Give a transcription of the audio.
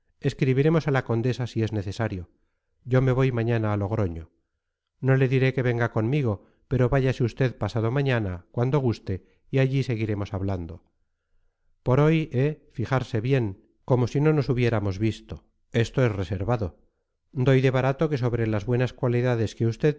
escribiremos a la condesa si es necesario yo me voy mañana a logroño no le diré que venga conmigo pero váyase usted pasado mañana cuando guste y allí seguiremos hablando por hoy eh fijarse bien como si no nos hubiéramos visto esto es reservado doy de barato que sobre las buenas cualidades que usted